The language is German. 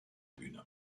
bühne